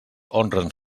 honren